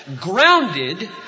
grounded